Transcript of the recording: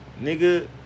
nigga